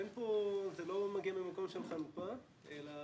לא מגיע ממקום של חנופה אלא